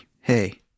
Hey